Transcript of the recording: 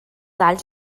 alls